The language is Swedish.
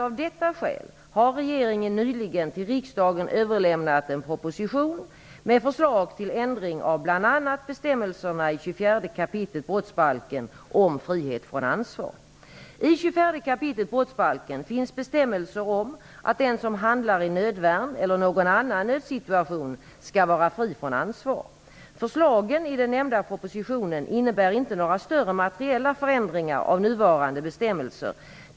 Av detta skäl har regeringen nyligen till riksdagen överlämnat en proposition med förslag till ändring av bl.a. bestämmelserna i 24 kap. brottsbalken om frihet från ansvar. I 24 kap. brottsbalken finns bestämmelser om att den som handlar i nödvärn eller någon annan nödsituation skall vara fri från ansvar. Förslagen i den nämnda propositionen innebär inte några större materiella förändringar av nuvarande bestämmelser.